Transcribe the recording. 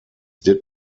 did